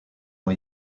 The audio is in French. ont